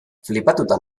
flipatuta